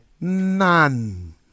None